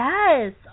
Yes